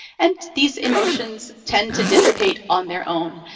and these emotions tend to dissipate on their own,